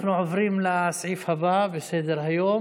אנחנו עוברים לסעיף הבא בסדר-היום: